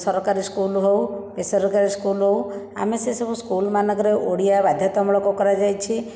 ସରକାରୀ ସ୍କୁଲ ହେଉ ବେସରକାରି ସ୍କୁଲ ହେଉ ଆମେ ସେ ସବୁ ସ୍କୁଲମାନଙ୍କରେ ଓଡ଼ିଆ ବାଧ୍ୟତାମୂଳକ କରାଯାଇଛି